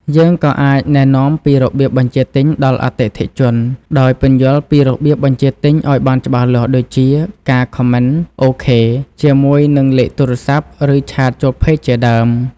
យើងក៏អាចណែនាំពីរបៀបបញ្ជាទិញដល់អតិថិជន ដោយពន្យល់ពីរបៀបបញ្ជាទិញឲ្យបានច្បាស់លាស់ ដូចជា ការ Comment OK ជាមួយនឹងលេខទូរស័ព្ទ ឬឆាតចូល Page ជាដើម។